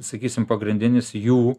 sakysim pagrindinis jų